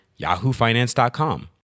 yahoofinance.com